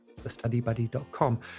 thestudybuddy.com